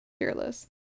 fearless